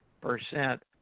percent